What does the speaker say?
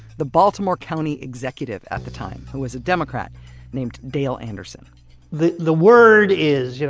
the baltimore county executive at the time, who was a democrat named dale anderson the the word is, you know,